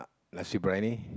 nasi-biryani